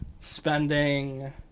spending